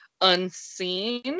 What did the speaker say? unseen